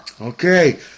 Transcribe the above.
Okay